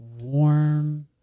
warm